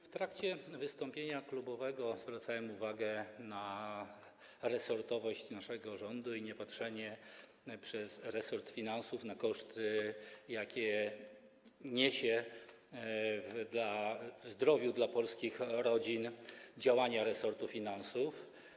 W trakcie wystąpienia klubowego zwracałem uwagę na resortowość naszego rządu i niepatrzenie przez resort finansów na koszty, jakie niosą dla zdrowia polskich rodzin działania resortu finansów.